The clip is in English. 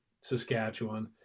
Saskatchewan